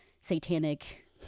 satanic